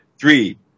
Three